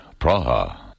Praha